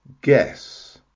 Guess